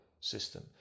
system